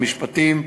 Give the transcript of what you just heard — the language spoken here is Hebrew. המשפטים,